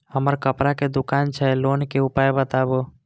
हमर कपड़ा के दुकान छै लोन के उपाय बताबू?